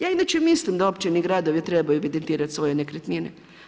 Ja inače mislim da općine i gradovi trebaju evidentirati svoje nekretnine.